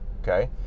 okay